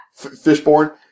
Fishborn